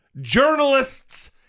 Journalists